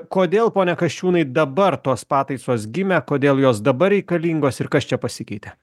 kodėl pone kasčiūnai dabar tos pataisos gimė kodėl jos dabar reikalingos ir kas čia pasikeitė